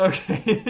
Okay